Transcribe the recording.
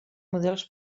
models